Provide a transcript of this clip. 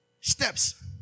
steps